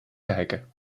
kijken